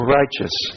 righteous